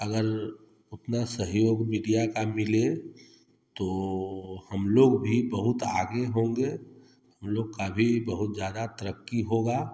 अगर उतना सहयोग मीडिया का मिले तो हम लोग भी बहुत आगे होंगे हम लोग का भी बहुत ज्यादा तरक्की होगा